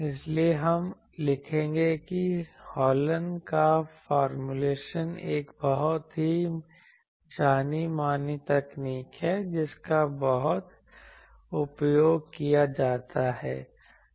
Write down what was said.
इसलिए हम लिखेंगे कि हॉलन का फॉर्म्युलेशन एक बहुत ही जानी मानी तकनीक है जिसका बहुत उपयोग किया जाता है